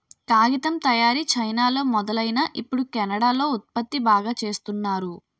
కాగితం తయారీ చైనాలో మొదలైనా ఇప్పుడు కెనడా లో ఉత్పత్తి బాగా చేస్తున్నారు